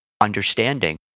understanding